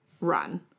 run